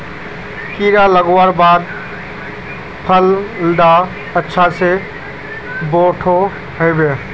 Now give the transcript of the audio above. कीड़ा लगवार बाद फल डा अच्छा से बोठो होबे?